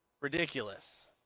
ridiculous